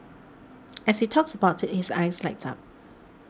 as he talks about it his eyes light up